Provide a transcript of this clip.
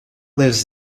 lives